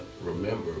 remember